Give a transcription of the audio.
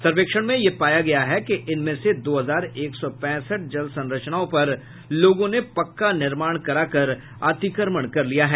सर्वेक्षण में यह पाया गया है कि इनमें से दो हजार एक सौ पैंसठ जल संरचनाओं पर लोगों ने पक्का निर्माण कराकर अतिक्रमण कर लिया है